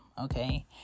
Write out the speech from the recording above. okay